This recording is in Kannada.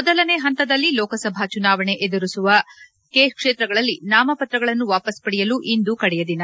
ಮೊದಲನೇ ಹಂತದಲ್ಲಿ ಲೋಕಸಭಾ ಚುನಾವಣೆ ಎದುರಿಸಲಿರುವ ಕ್ಷೇತ್ರಗಳಲ್ಲಿ ನಾಮಪತ್ರಗಳನ್ನು ವಾಪಸ್ ಪಡೆಯಲು ಇಂದು ಕಡೆಯ ದಿನ